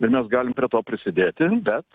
ir mes galim prie to prisidėti bet